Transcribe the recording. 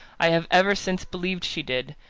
i have ever since believed she did,